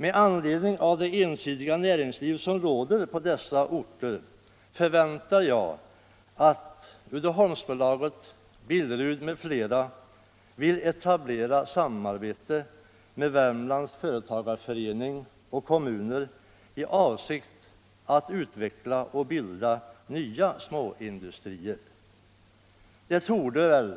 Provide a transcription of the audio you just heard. Med anledning av det ensidiga näringslivet på dessa orter förväntar jag att Uddeholmsbolaget, Billerud m.fl. vill etablera samarbete med Värmlands företagareförening och kommuner i avsikt att utveckla och bilda nya småindustrier. Det borde väl